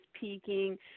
peaking